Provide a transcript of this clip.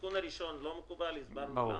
התיקון הראשון לא מקובל, הסברנו למה.